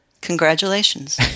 Congratulations